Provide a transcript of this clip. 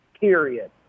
Period